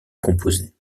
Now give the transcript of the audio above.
composer